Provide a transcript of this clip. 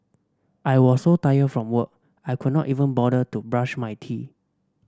I was so tired from work I could not even bother to brush my teeth